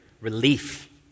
relief